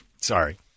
sorry